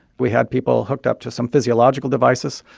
we had people hooked up to some physiological devices.